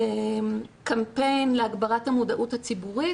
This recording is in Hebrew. קמפיין להגברת המודעות הציבורית,